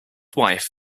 wife